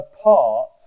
apart